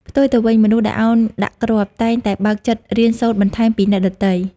ផ្ទុយទៅវិញ មនុស្សដែលឱនដាក់គ្រាប់ តែងតែបើកចិត្តរៀនសូត្របន្ថែមពីអ្នកដទៃ។